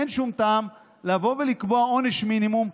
אין שום טעם לבוא ולקבוע עונש מינימום,